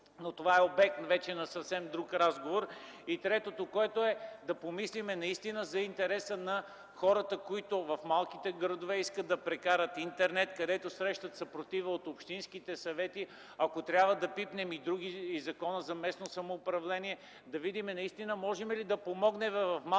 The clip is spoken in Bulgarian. Но това е обект на друг разговор. Трето, да помислим за интереса на хората, които в малките градове искат да прекарат интернет, където срещат съпротива от общинските съвети. Ако трябва да „пипнем” и Закона за местното самоуправление и местната администрация, да видим можем ли да помогнем в малките градове,